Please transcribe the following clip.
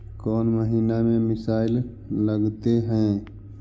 कौन महीना में मिसाइल लगते हैं?